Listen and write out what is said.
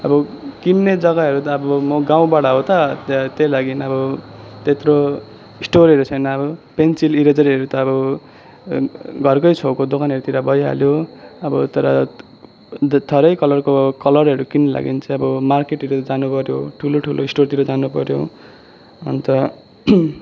अब किन्ने जग्गाहरू त अब म गाउँबाट हो त ते त्यहीलागि अब त्यत्रो इस्टोरहरू छैन पेन्सिल इरेजरहरू त अब घरकै छेउको दोकानहरूतिर भइहाल्यो अब तर धेरै कलरको कलरहरू किन्नु लागि चाहिँ अब मार्केटहरू जानुपर्यो ठुलो ठुलो स्टोरतिर जानुपर्यो अन्त